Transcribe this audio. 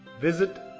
Visit